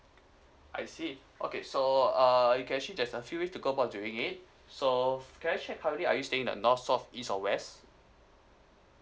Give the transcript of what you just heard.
I see okay so uh you can actually there's a few ways to go about doing it so can I check currently are you staying in the north south east or west